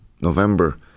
November